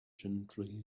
gently